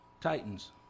Titans